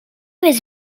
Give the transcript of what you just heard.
was